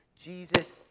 Jesus